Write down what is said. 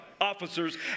officers